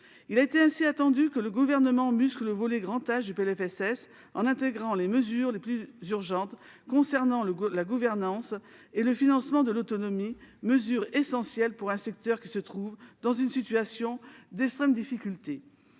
Il était ainsi attendu que le Gouvernement muscle le volet grand âge du PLFSS en intégrant les mesures les plus urgentes concernant la gouvernance et le financement de l'autonomie, des mesures essentielles pour un secteur qui se trouve dans une situation d'extrême difficulté.